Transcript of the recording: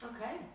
Okay